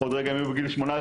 עוד רגע הם יהיו בגיל 18,